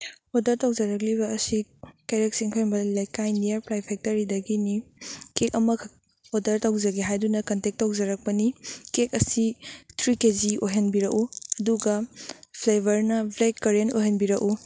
order ꯇꯧꯖꯔꯛꯂꯤꯕ ꯑꯁꯤ ꯀꯩꯔꯛ ꯆꯤꯡꯈꯩꯍꯨꯟꯕ ꯂꯩꯀꯥꯏ ꯅꯤꯌꯔ ꯄ꯭ꯂꯥꯏ ꯐꯦꯛꯇꯔꯤꯗꯒꯤꯅꯤ ꯀꯦꯛ ꯑꯃꯈꯛ ꯑꯣꯔꯗꯔ ꯇꯧꯖꯒꯦ ꯍꯥꯏꯗꯨ ꯀꯟꯇꯦꯛ ꯇꯧꯖꯔꯛꯄꯅꯤ ꯀꯦꯛ ꯑꯁꯤ ꯊ꯭ꯔꯤ ꯀꯦꯖꯤ ꯑꯣꯏꯍꯟꯕꯤꯔꯛꯎ ꯑꯗꯨꯒ ꯐ꯭ꯂꯦꯚꯔꯅ ꯕ꯭ꯂꯦꯛ ꯀꯔꯦꯟ ꯑꯣꯏꯍꯟꯕꯤꯔꯛꯎ